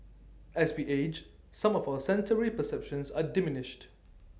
as we age some of our sensory perceptions are diminished